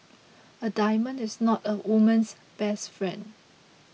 a diamond is not a woman's best friend